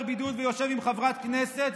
מפר בידוד ויושב עם חברת כנסת,